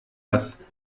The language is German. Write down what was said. das